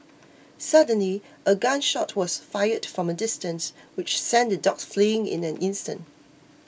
suddenly a gun shot was fired from a distance which sent the dogs fleeing in an instant